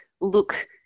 look